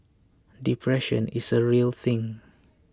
depression is a real thing